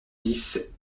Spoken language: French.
dix